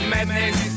Madness